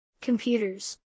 Computers